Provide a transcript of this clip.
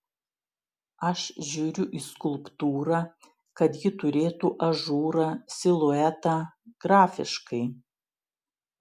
aš žiūriu į skulptūrą kad ji turėtų ažūrą siluetą grafiškai